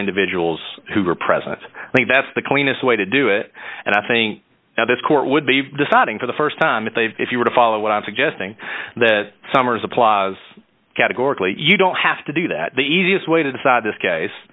individuals who are present i think that's the cleanest way to do it and i think now this court would be deciding for the st time if they if you were to follow what i'm suggesting that summers applies categorically you don't have to do that the easiest way to decide this case